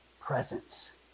presence